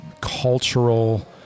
cultural